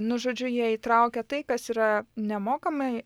nu žodžiu jie įtraukia tai kas yra nemokamai